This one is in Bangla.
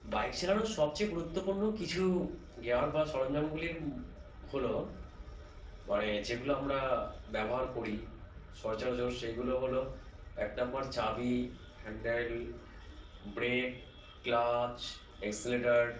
বাইক চালানোর সবচেয়ে গুরুত্বপূর্ণ কিছু গিয়ার বা সরঞ্জামগুলি হলো মানে যেগুলো আমরা ব্যবহার করি সরচরাচর সেইগুলো হলো এক নম্বর চাবি হ্যান্ডেল ব্রেক ক্লাচ অ্যাক্সিলেরেটার